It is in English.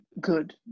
good